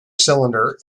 cylinder